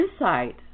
insight